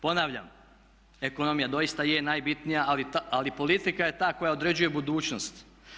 Ponavljam, ekonomija doista je najbitnija, ali politika je ta koja određuje budućnost.